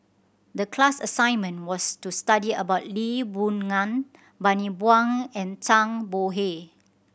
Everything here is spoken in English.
the class assignment was to study about Lee Boon Ngan Bani Buang and Zhang Bohe